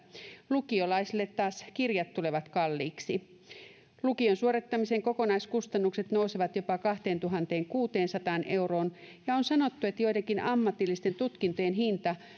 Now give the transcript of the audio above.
lukiolaisille taas kirjat tulevat kalliiksi lukion suorittamisen kokonaiskustannukset nousevat jopa kahteentuhanteenkuuteensataan euroon ja on sanottu että joidenkin ammatillisten tutkintojen hinta